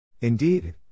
Indeed